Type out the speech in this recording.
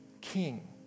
king